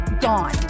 gone